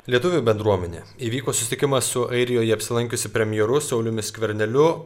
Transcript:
lietuvių bendruomenė įvyko susitikimas su airijoje apsilankiusiu premjeru sauliumi skverneliu